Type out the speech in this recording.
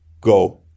go